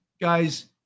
guys